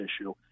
issue